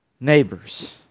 neighbors